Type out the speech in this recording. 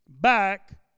back